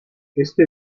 este